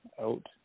Out